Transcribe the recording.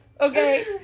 okay